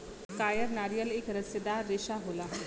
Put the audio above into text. कायर नारियल एक रेसेदार रेसा होला